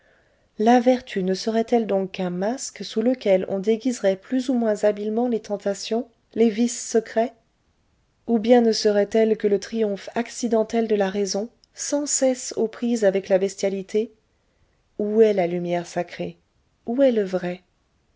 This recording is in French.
la vertu ne serait-elle donc qu'un masque sous lequel on déguiserait plus ou moins habilement les tentations les vices secrets ou bien ne serait-elle que le triomphe accidentel de la raison sans cesse aux prises avec la bestialité où est la lumière sacrée où est le vrai